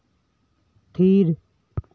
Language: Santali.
ᱛᱷᱤᱨ